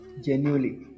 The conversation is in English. genuinely